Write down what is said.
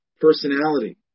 personality